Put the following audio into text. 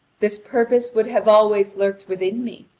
this purpose would have always lurked within me,